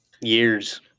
Years